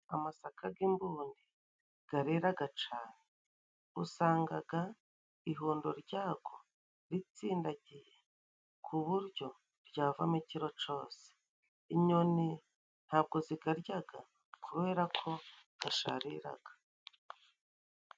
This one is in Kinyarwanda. Amasaka g'imbundi gareraga cane. Usangaga ihundo ryago ritsindagiye ku buryo ryavamo ikiro cose. Inyoni nta bwo zigaryaga kubera ko gashariraga.